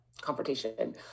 confrontation